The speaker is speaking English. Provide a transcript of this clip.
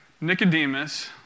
Nicodemus